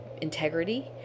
integrity